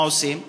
מה עושים?